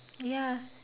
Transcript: ya